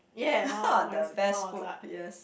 the best food yes